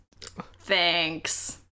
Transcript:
Thanks